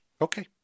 Okay